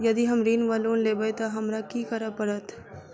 यदि हम ऋण वा लोन लेबै तऽ हमरा की करऽ पड़त?